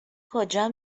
کجا